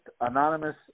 anonymous